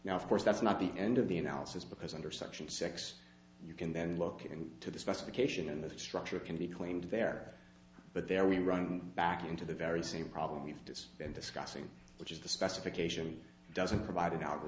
now of course that's not the end of the analysis because under section six you can then look in to the specification in the structure can be claimed there but there we run back into the very same problem we've just been discussing which is the specification doesn't provide